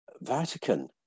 Vatican